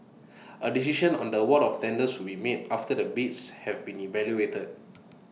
A decision on the award of the tenders will be made after the bids have been evaluated